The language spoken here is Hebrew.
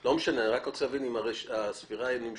אני רק רוצה להבין אם הספירה נמשכה.